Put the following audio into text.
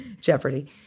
Jeopardy